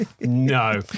no